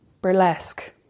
Burlesque